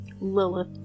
Lilith